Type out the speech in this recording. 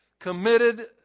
committed